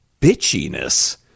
bitchiness